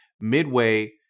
midway